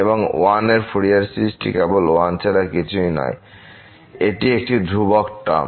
এবং 1 এর ফুরিয়ার সিরিজটি কেবল 1 ছাড়া কিছুই নয় এটি একটি ধ্রুবক টার্ম